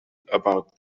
about